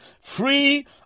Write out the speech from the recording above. free